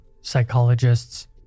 psychologists